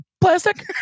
Plastic